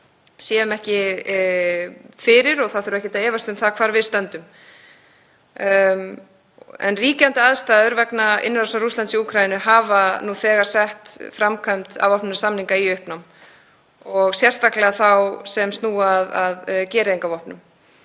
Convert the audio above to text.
séum ekki fyrir og það þurfi ekkert að efast um það hvar við stöndum. Ríkjandi aðstæður vegna innrásar Rússlands í Úkraínu hafa nú þegar sett framkvæmd afvopnunarsamninga í uppnám og sérstaklega þá sem snúa að gereyðingarvopnum.